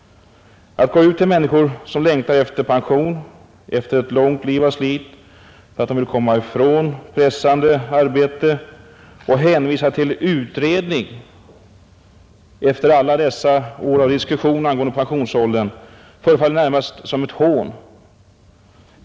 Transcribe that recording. Att gå ut till människor, som längtar efter pension efter ett långt liv av slit därför att de vill komma ifrån ett pressande arbete, och hänvisa till utredningar efter alla dessa år av diskussion angående pensionsåldern, förefaller närmast som ett hån.